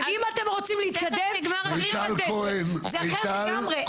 אם אתם רוצים להתקדם זה אחרת לגמרי.